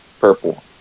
purple